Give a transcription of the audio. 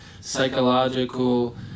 psychological